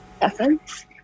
essence